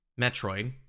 Metroid